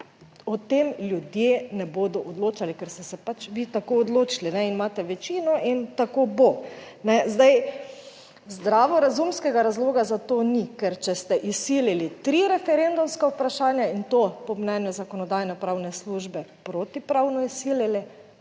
o tem ljudje ne bodo odločali, ker ste se pač vi tako odločili in imate večino in tako bo Zdaj, zdravorazumskega razloga za to ni, ker če ste izsilili tri referendumska vprašanja in to po mnenju Zakonodajno-pravne službe protipravno izsilili